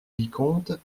vicomte